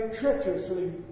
treacherously